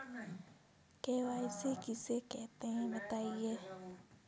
KYC किसे कहते हैं बताएँ?